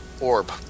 orb